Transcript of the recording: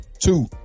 Two